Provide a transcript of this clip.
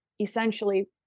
essentially